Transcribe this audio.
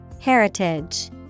Heritage